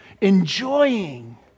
enjoying